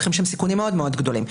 לוקחים שם סיכונים מאוד מאוד גדולים.